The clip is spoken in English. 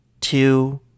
two